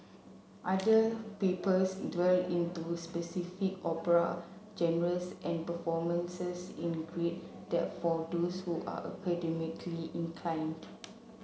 other papers dwell into specific opera genres and performances in great depth for those who are academically inclined